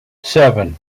seven